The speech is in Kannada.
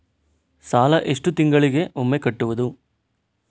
ಸಾಲ ಎಷ್ಟು ತಿಂಗಳಿಗೆ ಒಮ್ಮೆ ಕಟ್ಟುವುದು?